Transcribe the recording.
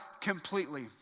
completely